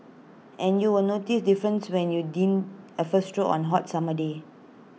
and you will notice difference when you dine on hot summer day